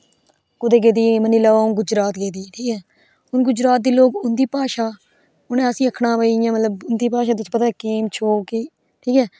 कुदे गेदे मन्नी लैओ आँऊ गुजरात गेदी ही ठीक ऐ हून गुजरात दे लोक उन्दी भाशा उन्हे आसें गी आक्खना हां भाई इयां मतलब उन्दी भाशा च पता केह है केम शू कि ठीक ऐ